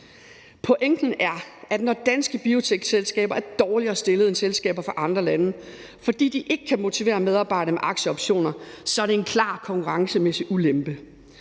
Pointen er, at når danske biotekselskaber er dårligere stillet end selskaber fra andre lande, fordi de ikke kan motivere medarbejderne med aktieoptioner, er det en klar konkurrencemæssig ulempe.